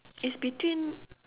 is between